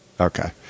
Okay